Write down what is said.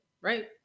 right